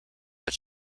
but